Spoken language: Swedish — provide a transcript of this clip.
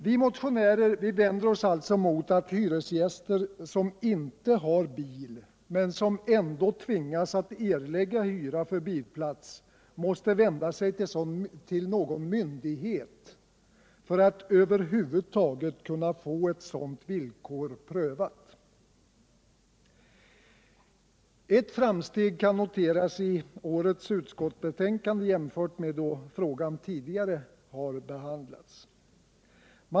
Vi motionärer vänder oss alltså mot att hyresgäster som inte har bil men ändå tvingas att erlägga hyra för bilplats måste vända sig till någon myndighet för att över huvud taget kunna få et sådant villkor prövat. Ett framsteg kan noteras i årets utskottsbetänkande jämfört med då frågan tidigare har behandlats.